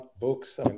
Books